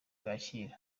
twakira